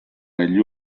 negli